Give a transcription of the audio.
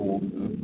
অঁ অঁ